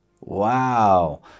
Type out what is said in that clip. Wow